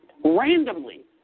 randomly